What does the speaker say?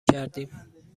کردیم